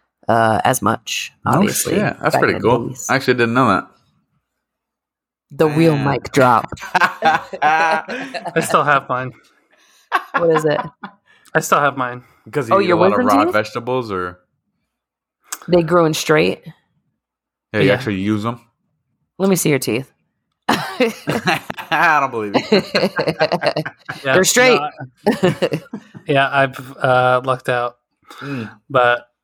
Uh, as much, No obviously, shit. That's back pretty in the cool. days. I actually didn't know that. The real Man. mic drop. I still have mine. What is it? I still have mine. Because you Oh, eat a your lot of wisdom raw teeth? vegetables or- They grow in straight? Yeah, you Yeah. actually use 'em? Let me see your teeth. I don't believe you. They're Yeah, straight. no, I- Yeah, I've, uh, lucked out. Mm. But-